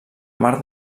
mar